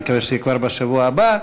נקווה שזה יהיה כבר בשבוע הבא.